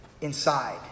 inside